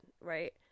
right